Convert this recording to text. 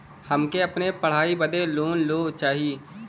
हमके अपने पढ़ाई बदे लोन लो चाही?